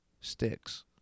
sticks